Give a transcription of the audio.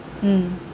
mm